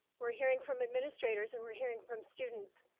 we're hearing from administrators and we're hearing from students.